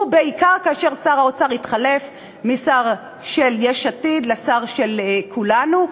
ובעיקר כאשר שר האוצר התחלף משר של יש עתיד לשר של כולנו.